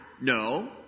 No